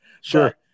Sure